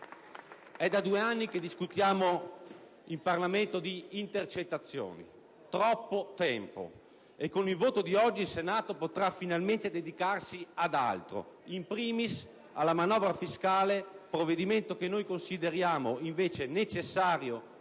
è da due anni che discutiamo in Parlamento di intercettazioni: troppo tempo! Con il voto di oggi il Senato potrà finalmente dedicarsi ad altro, *in primis* alla manovra fiscale, provvedimento che noi consideriamo invece necessario